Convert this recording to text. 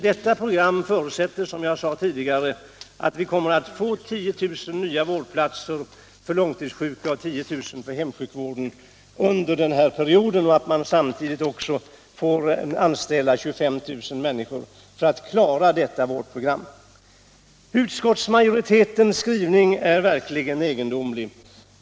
Detta program förutsätter att vi får 10 000 nya vårdplatser för de långtidssjuka och 10000 för hemsjukvården under denna period samt att man anställer 25 000 personer. Utskottsmajoritetens skrivning är verkligen egendomlig.